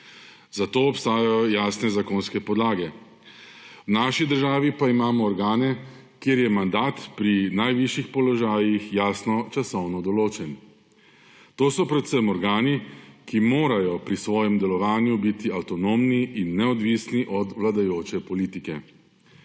Za to obstajajo jasne zakonske podlage. V naši državi pa imamo organe, kjer je mandat pri najvišjih položajih jasno časovno določen. To so predvsem organi, ki morajo pri svojem delovanju biti avtonomni in neodvisni od vladajoče politike.